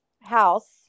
house